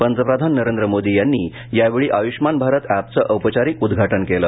पंतप्रधान नरेंद्र मोदी यांनी या वेळी आयुषमान भारत अॅपचं औपचारिक उद्घाटन केलं